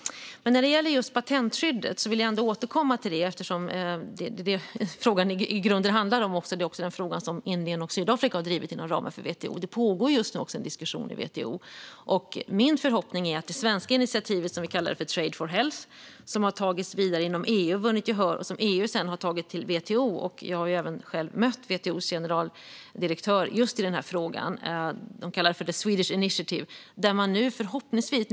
Jag vill återkomma till frågan om patentskyddet, som det handlar om i grunden och som Indien och Sydafrika har drivit inom ramen för WTO. Det pågår just nu en diskussion i WTO. Jag har en förhoppning om det svenska initiativet, som vi kallar Trade for Health, som har tagits vidare inom EU och vunnit gehör och som EU sedan har tagit till WTO. Jag har själv mött WTO:s generaldirektör just i denna fråga, och de kallar det för the Swedish initiative.